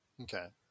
okay